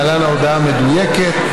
להלן ההודעה המדויקת.